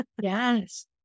Yes